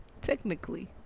technically